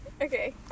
Okay